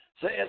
says